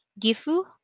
Gifu